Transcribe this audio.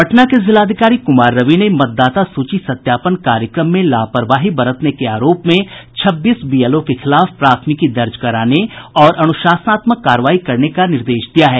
पटना के जिलाधिकारी कुमार रवि ने मतदाता सूची सत्यापन कार्यक्रम में लापरवाही बरतने के आरोप में छब्बीस बीएलओ के खिलाफ प्राथमिकी दर्ज कराने और अनुशासनात्मक कार्रवाई करने का निर्देश दिया है